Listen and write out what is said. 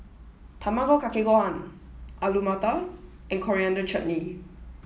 Tamago Kake Gohan Alu Matar and Coriander Chutney